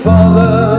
Father